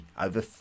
over